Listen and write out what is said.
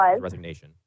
resignation